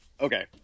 Okay